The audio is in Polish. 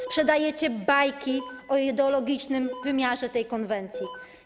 Sprzedajecie bajki o ideologicznym wymiarze tej konwencji.